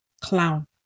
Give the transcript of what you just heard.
clown